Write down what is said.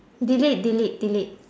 delete delete delete